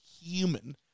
human